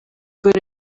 good